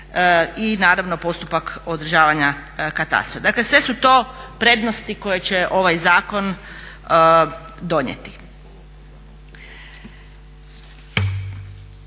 i naravno postupak održavanja katastra. Dakle, sve su to prednosti koje će ovaj zakon donijeti.